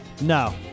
No